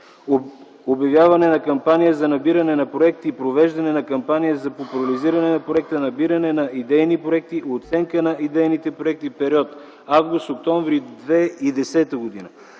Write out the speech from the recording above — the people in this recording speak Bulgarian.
обявяване на кампания за набиране на проекти и провеждане на кампания за популяризиране на проекта, набиране на идейни проекти и оценка на идейните проекти в периода август октомври 2010 г.;